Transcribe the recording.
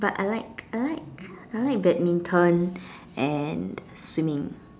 but I like I like I like badminton and swimming